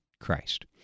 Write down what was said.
Christ